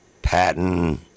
Patton